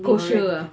coach her ah